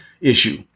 issue